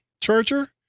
charger